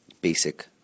basic